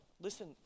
Listen